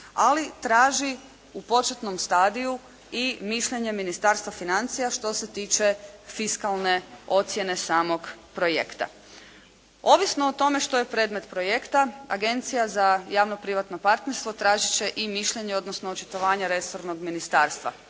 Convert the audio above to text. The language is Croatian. ali traži u početnom stadiju i mišljenje Ministarstva financija što se tiče fiskalne ocjene samog projekta. Ovisno o tome što je predmet projekta, agencija za javno-privatno partnerstvo tažit će i mišljenje, odnosno očitovanje Resornog ministarstva.